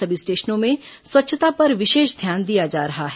सभी स्टेशनों में स्वच्छता पर विशेष ध्यान दिया जा रहा है